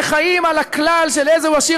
וחיים על הכלל "איזשהו עשיר,